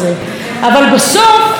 עזוב,